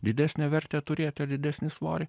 didesnę vertę turėti ar didesnį svorį